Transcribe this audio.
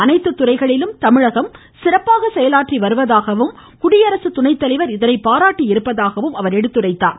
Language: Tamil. அனைத்து துறைகளிலும் தமிழகம் சிறப்பாக செயலாற்றி வருவதாகவும் குடியரசு துணைத்தலைவர் இதனை பாராட்டியிருப்பதாகவும் எடுத்துரைத்தார்